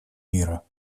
мира